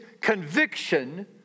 conviction